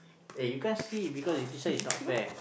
eh you can't see it because this one is not fair